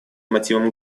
мотивам